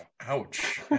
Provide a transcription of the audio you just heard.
Ouch